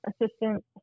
assistant